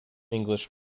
english